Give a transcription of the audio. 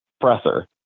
presser